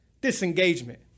Disengagement